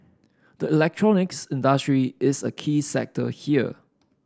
the electronics industry is a key sector here